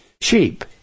sheep